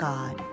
God